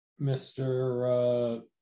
Mr